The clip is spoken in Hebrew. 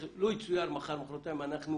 לו יצויר שמחר-מחרתיים אנחנו